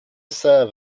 serve